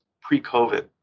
pre-COVID